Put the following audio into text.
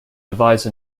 devise